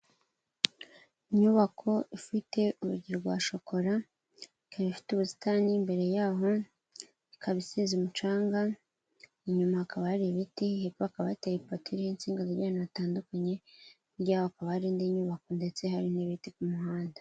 inyubako ifite urugi rwa shokora, ikaba ifite ubusitani imbere yaho, ikaba isize umucanga, inyuma hakaba hari ibiti, hepfo hakaba bateye ipoto iriho itsinga zijya ahantu hatandukanye hirya yaho hakaba hari indi nyubako ndetse hari n'ibiti ku muhanda.